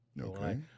Okay